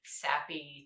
sappy